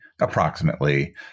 approximately